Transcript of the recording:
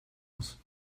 muss